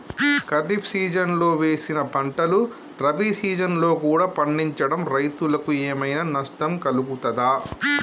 ఖరీఫ్ సీజన్లో వేసిన పంటలు రబీ సీజన్లో కూడా పండించడం రైతులకు ఏమైనా నష్టం కలుగుతదా?